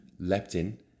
leptin